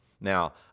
Now